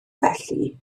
felly